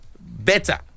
better